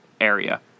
area